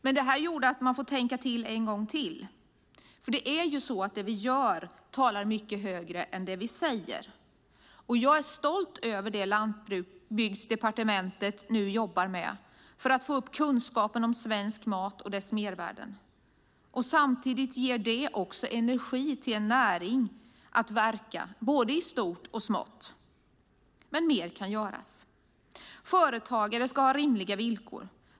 Det han sade gjorde dock att jag fick tänkta till ytterligare en gång. Det vi gör talar ju mycket högre än det vi säger. Jag är stolt över det som Landsbygdsdepartementet nu jobbar med när det gäller att få upp kunskapen om svensk mat och dess mervärden. Samtidigt ger det energi till näringen att verka i både stort och smått. Men mer kan göras. Företagare ska ha rimliga villkor.